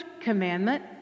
commandment